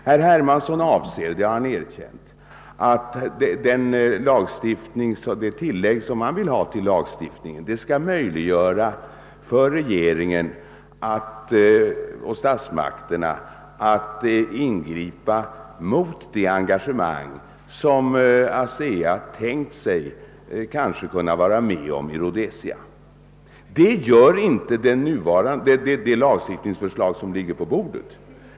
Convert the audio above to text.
Herr Hermansson anser — det har han erkänt — att det tillägg som han vill ha till lagstiftningen skulle möjliggöra för regeringen och statsmakterna att ingripa mot det engagemang som ASEA tänkt sig att kunna vara med om i Rhodesia. Det gör inte det lagstiftningsförslag som ligger på bordet.